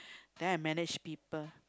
then I manage people